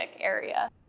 area